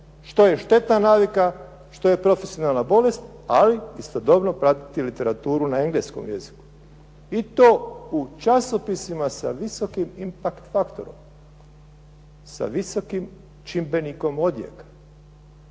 što je štetna navika, što je profesionalna bolest i istodobno pratiti literaturu na engleskom jeziku. I to u časopisima sa visokim in fact faktorom, sa visokim čimbenikom odjeka.